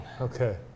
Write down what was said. Okay